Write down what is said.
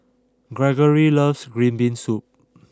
Gregory loves Green Bean Soup